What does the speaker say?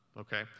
okay